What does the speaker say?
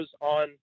on